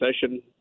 session